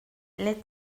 les